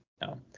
No